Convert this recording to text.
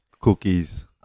cookies